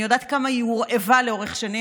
אני יודעת כמה היא הורעבה לאורך שנים,